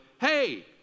hey